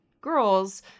girls